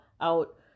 out